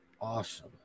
awesome